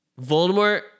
Voldemort